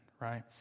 right